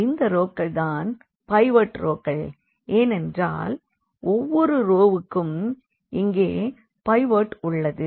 எனவே இந்த ரோக்கள் தான் பைவோட் ரோக்கள் ஏனென்றால் ஒவ்வொரு ரோவுக்கும் இங்கே பைவோட் உள்ளது